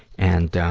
and,